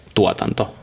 tuotanto